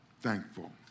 thankful